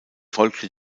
folgte